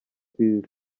twiza